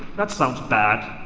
that sounds bad,